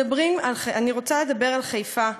אני רוצה לדבר על חיפה.